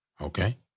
Okay